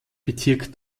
bezirk